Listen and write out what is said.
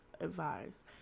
advised